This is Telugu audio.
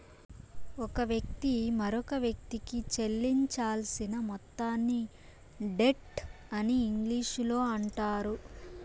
ఒక వ్యక్తి మరొకవ్యక్తికి చెల్లించాల్సిన మొత్తాన్ని డెట్ అని ఇంగ్లీషులో అంటారు